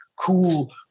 cool